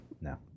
No